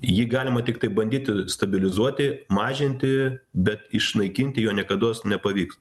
jį galima tiktai bandyti stabilizuoti mažinti bet išnaikinti jo niekados nepavyks